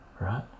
right